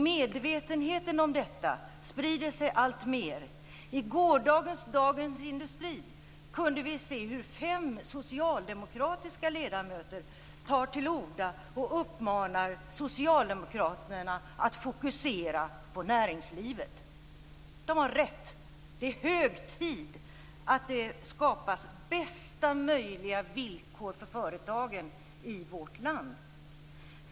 Medvetenheten om detta sprider sig alltmer. I gårdagens Dagens Industri kunde vi läsa om hur fem socialdemokratiska ledamöter tar till orda och uppmanar Socialdemokraterna att fokusera på näringslivet. De har rätt. Det är hög tid att det skapas bästa möjliga villkor för företagen i vårt land.